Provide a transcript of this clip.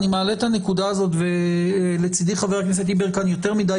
אני מעלה את הנקודה הזאת ולצדי חבר הכנסת יברקן יותר מדי